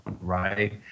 right